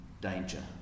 danger